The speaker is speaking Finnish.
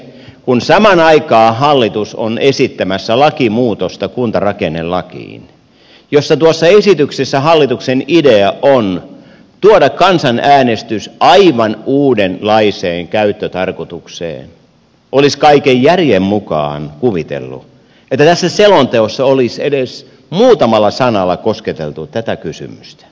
kun samaan aikaan hallitus on esittämässä lakimuutosta kuntarakennelakiin ja esityksessä hallituksen idea on tuoda kansanäänestys aivan uudenlaiseen käyttötarkoitukseen olisi kaiken järjen mukaan kuvitellut että tässä selonteossa olisi edes muutamalla sanalla kosketeltu tätä kysymystä